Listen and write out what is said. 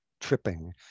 tripping